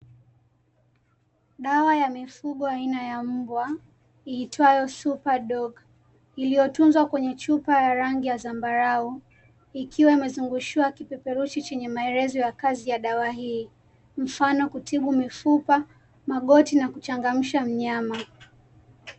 Dawa ya mifugo aina ya mbwa iitwayo supadog iliyotunzwa kwenye chupa ya rangi ya zambarau ikiwa imezungushiwa kipeperushi chenye maelezo ya kazi ya dawa hii, mfano; kutibu mifupa, magoti na kuchangamsha mnyama.